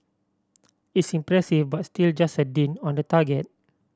it's impressive but still just a dint on the target